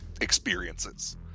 experiences